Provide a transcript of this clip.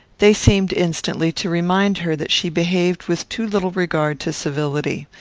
they seemed instantly to remind her that she behaved with too little regard to civility.